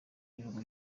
y’ibihugu